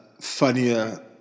funnier